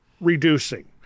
reducing